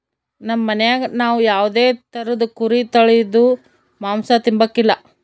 ನಮ್ ಮನ್ಯಾಗ ನಾವ್ ಯಾವ್ದೇ ತರುದ್ ಕುರಿ ತಳೀದು ಮಾಂಸ ತಿಂಬಕಲ